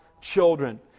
children